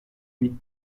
huit